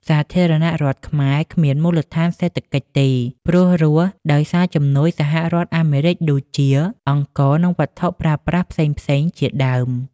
សាធារណរដ្ឋខ្មែរគ្មានមូលដ្ឋាន សេដ្ឋកិច្ចទេព្រោះរស់ ដោយសារជំនួយសហរដ្ឋអាមេរិកដូចជា អង្ករ និងវត្ថុប្រើប្រាស់ផ្សេងៗជាដើម។